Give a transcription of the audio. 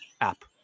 app